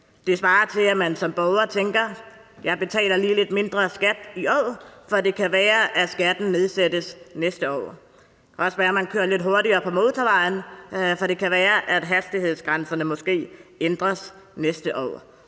Det svarer til, at man som borger tænker: Jeg betaler lige lidt mindre skat i år, for det kan være, at skatten nedsættes næste år. Det kan også være, at man kører lidt hurtigere på motorvejen, fordi det kan være, at hastighedsgrænserne måske ændres næste år.